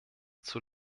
zur